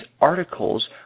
articles